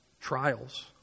trials